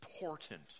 important